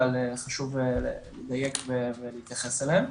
אבל חשוב לדייק ולהתייחס אליהם.